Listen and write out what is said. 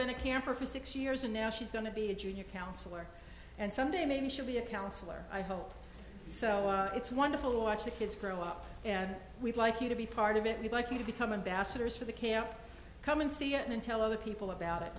been a camper for six years and now she's going to be a junior counselor and someday maybe should be a counselor i hope so it's wonderful to watch the kids grow up and we'd like you to be part of it we'd like you to become an basters for the camp come and see and then tell other people about it